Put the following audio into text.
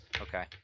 Okay